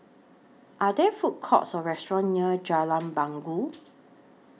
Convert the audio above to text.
Are There Food Courts Or restaurants near Jalan Bangau